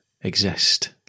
exist